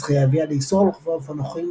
הזכייה הביאה לאיסור על רוכבי אופנוחים